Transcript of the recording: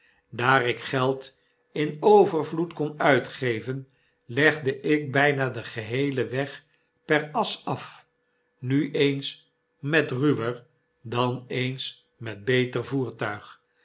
daar ik geld in overvloed kon uitgeven legde ik byna den geheelen weg per as af nu eens met ruwer dan eens met beter voertuig